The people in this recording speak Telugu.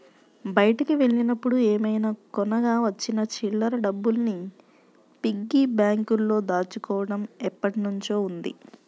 బయటికి వెళ్ళినప్పుడు ఏమైనా కొనగా వచ్చిన చిల్లర డబ్బుల్ని పిగ్గీ బ్యాంకులో దాచుకోడం ఎప్పట్నుంచో ఉంది